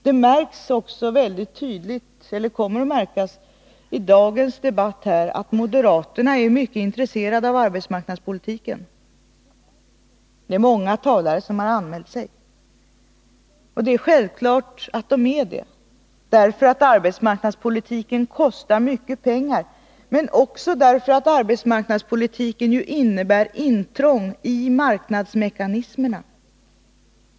Det märks också väldigt tydligt, eller kommer att märkas, i dagens debatt att moderaterna är mycket intresserade av arbetsmarknadspolitiken — det är många som har anmält sig på talarlistan — och det är självklart att de är det, därför att arbetsmarknadspolitiken kostar mycket pengar, men också därför att arbetsmarknadspolitiken ju innebär ett intrång i marknadsmekanismerna.